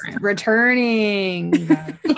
returning